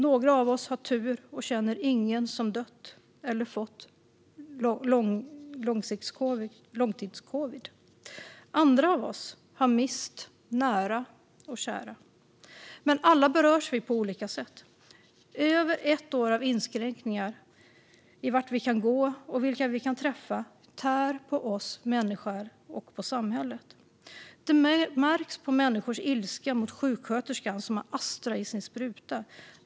Några av oss har tur och känner ingen som dött eller fått långtidscovid. Andra av oss har mist nära och kära. Men alla berörs vi på olika sätt. Över ett år av inskränkningar av vart vi kan gå och vilka vi kan träffa tär på oss människor och på samhället. Det märks på människors ilska mot sjuksköterskan som har Astra i sin spruta.